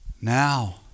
Now